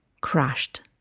crashed